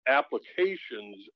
applications